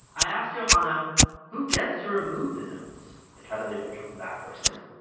i asked yohanna who gets to remove the notes like how do they become that person?